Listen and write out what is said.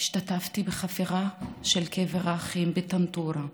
השתתפתי בחפירה של קבר האחים בטנטורה.